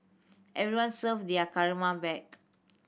everyone serve their karma back